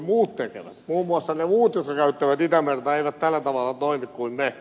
muun muassa ne muut jotka käyttävät itämerta eivät tällä tavalla toimi kuin me